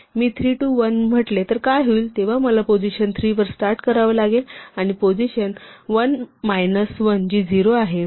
मी 3 2 1 म्हटले तर काय होईल तेव्हा मला पोझिशन 3 वर स्टार्ट करावे लागेल आणि पोझिशन 1 मायनस 1 जी 0 आहे